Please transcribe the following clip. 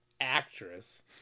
actress